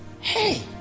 Hey